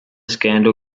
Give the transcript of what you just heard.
scandal